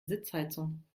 sitzheizung